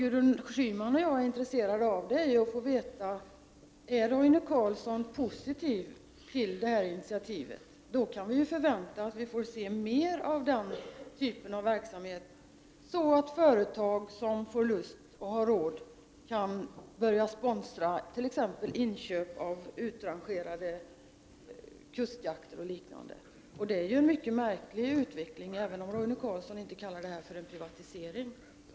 Gudrun Schyman och jag är intresserade av att få veta om Roine Carlsson är positiv till detta initiativ. Då kan vi förvänta oss att få se mer av den här typen av verksamhet, så att företag som får lust och har råd t.ex. kan sponsra inköp av utrangerade kustjakter och liknande. Det är en mycket märklig utveckling, även om Roine Carlsson inte kallar det för privatisering.